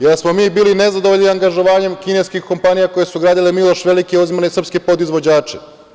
Da li smo mi bili nezadovoljni angažovanjem kineskih kompanija koje su gradile „Miloš Veliki“, uzimanjem srpskih podizvođača?